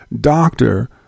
doctor